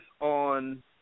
on –